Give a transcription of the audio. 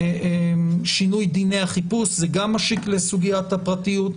שינוי דיני החיפוש זה גם משיק לסוגיית הפרטיות.